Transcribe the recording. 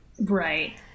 Right